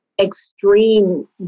extreme